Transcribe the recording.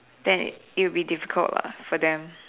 then it it'll be difficult lah for them